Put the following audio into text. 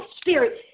spirit